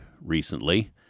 Recently